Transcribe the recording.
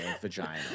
vagina